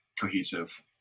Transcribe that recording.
cohesive